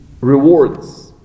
rewards